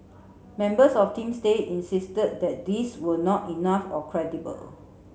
members of Team Stay insist that these were not enough or credible